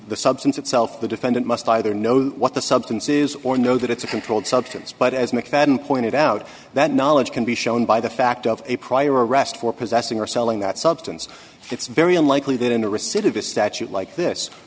the substance itself the defendant must either know what the substance is or know that it's a controlled substance but as mcfadden pointed out that knowledge can be shown by the fact of a prior arrest for possessing or selling that substance it's very unlikely that in receipt of a statute like this